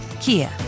Kia